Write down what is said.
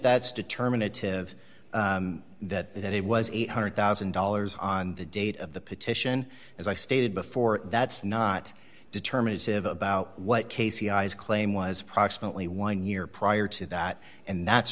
that's determinative that it was eight hundred thousand dollars on the date of the petition as i stated before that's not determinative about what casey i's claim was approximately one year prior to that and that's